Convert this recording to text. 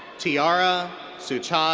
tiara sujatha